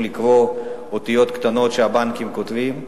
לקרוא את האותיות הקטנות שהבנקים משתמשים בהן.